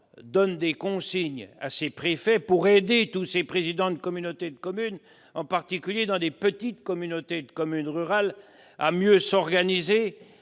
donne des consignes à ses préfets pour aider tous ces présidents de communautés de communes, en particulier dans les territoires ruraux, à mieux s'organiser,